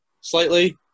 slightly